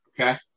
Okay